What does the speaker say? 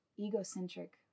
egocentric